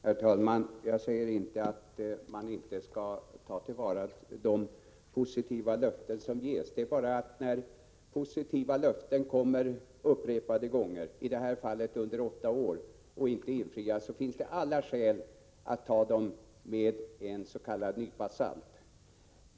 Herr talman! Jag säger inte att man inte skall ta till vara de positiva löften som ges. Men när positiva löften kommer upprepade gånger, i det här fallet under åtta år, och inte infrias finns det alla skäl att ta dem med en nypa salt.